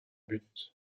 but